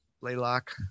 Laylock